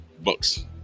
books